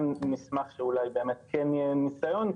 אנחנו נשמח שאולי באמת כן יהיה ניסיון.